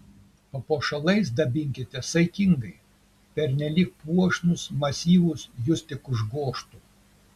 papuošalais dabinkitės saikingai pernelyg puošnūs masyvūs jus tik užgožtų